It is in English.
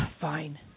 fine